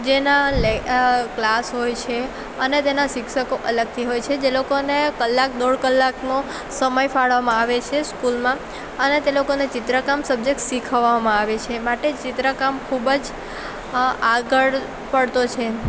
જેના ક્લાસ હોય છે અને તેના શિક્ષકો અલગથી હોય છે જે લોકોને કલાક દોઢ કલાકનો સમય ફાળવવામાં આવે છે સ્કૂલમાં અને તે લોકોને ચિત્રકામ સબ્જેક્ટ શીખવવામાં આવે છે માટે ચિત્રકામ ખૂબ જ આગળ પડતો છે